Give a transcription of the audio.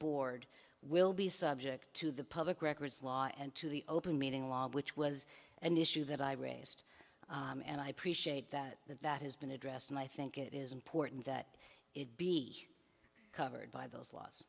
board will be subject to the public records law and to the open meeting law which was an issue that i raised and i appreciate that that that has been addressed and i think it is important that it be covered by those laws